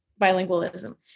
bilingualism